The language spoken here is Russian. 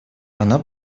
она